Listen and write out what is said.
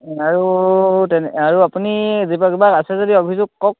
আৰু তেনে আৰু আপুনি যিবা কিবা আছে যদি অভিযোগ কওক